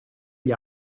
gli